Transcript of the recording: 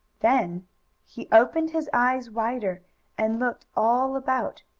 then he opened his eyes wider and looked all about.